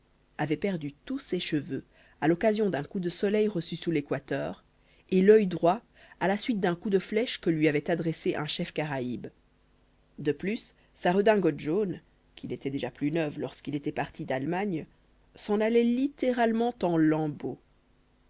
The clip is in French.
avait perdu tous ses cheveux à l'occasion d'un coup de soleil reçu sous l'équateur et l'œil droit à la suite d'un coup de flèche que lui avait adressé un chef caraïbe de plus sa redingote jaune qui n'était déjà plus neuve lorsqu'il était parti d'allemagne s'en allait littéralement en lambeaux